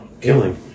killing